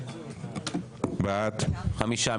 חמישה.